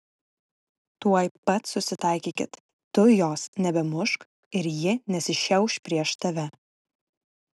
tuoj pat susitaikykit tu jos nebemušk ir ji nesišiauš prieš tave